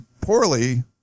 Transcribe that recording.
poorly